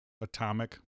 atomic